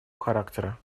характера